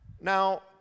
now